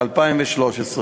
התשע"ד 2013,